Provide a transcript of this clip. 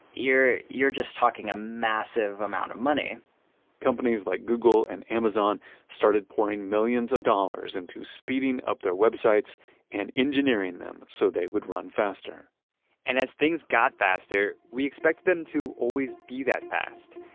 you're you're just talking a massive amount of money companies like google and amazon started pouring millions of dollars into speeding up their websites and engineering them so they would run faster and as things got faster, we expected them to always be that fast.